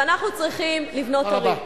ואנחנו צריכים לבנות ערים.